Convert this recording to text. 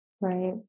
Right